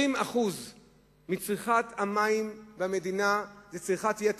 20% מצריכת המים במדינה הם צריכת יתר.